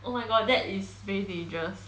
oh my god that is very dangerous